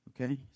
okay